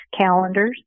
calendars